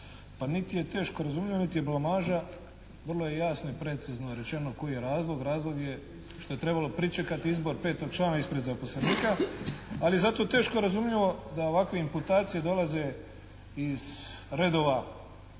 Pa niti je teško razumljivo niti je blamaža. Vrlo je jasno i precizno rečeno koji je razlog? Razlog je što je trebalo pričekati izbor petog člana ispred zaposlenika, ali je zato teško razumljivo da ovakve imputacije dolaze iz redova